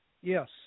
Yes